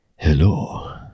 Hello